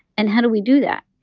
and how do we do that?